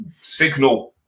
Signal